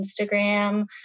Instagram